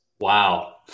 Wow